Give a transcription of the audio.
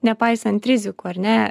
nepaisant rizikų ar ne